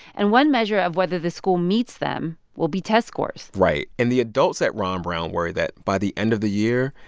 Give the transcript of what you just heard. and one measure of whether the school meets them will be test scores right. and the adults at ron brown worry that, by the end of the year,